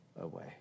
away